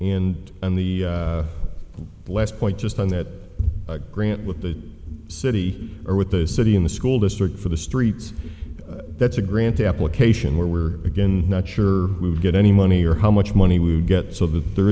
and on the last point just on that grant with the city or with the city in the school district for the streets that's a grant application where we're again not sure we'd get any money or how much money we would get so that there